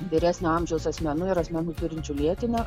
vyresnio amžiaus asmenų ir asmenų turinčių lėtinių